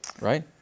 right